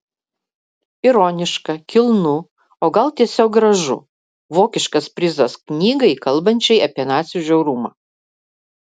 ironiška kilnu o gal tiesiog gražu vokiškas prizas knygai kalbančiai apie nacių žiaurumą